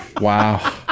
Wow